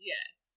Yes